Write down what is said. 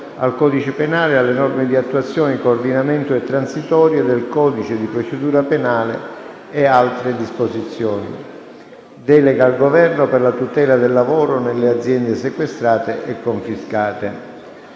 al codice penale e alle norme di attuazione, di coordinamento e transitorie del codice di procedura penale e altre disposizioni. Delega al Governo per la tutela del lavoro nelle aziende sequestrate e confiscate",